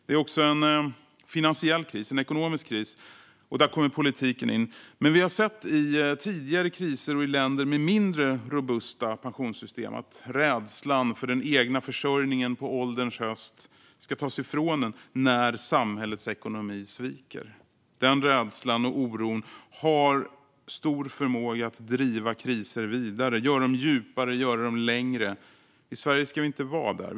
Det är också en finansiell kris, en ekonomisk kris. Där kommer politiken in, men vi har sett i tidigare kriser och i länder med mindre robusta pensionssystem att det finns en rädsla för att den egna försörjningen på ålderns höst ska tas ifrån en när samhällets ekonomi sviker. Den rädslan och oron har stor förmåga att driva kriser vidare och göra dem djupare och längre. I Sverige ska vi inte vara där.